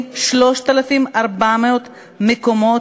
לשלוח אנשים לקרב,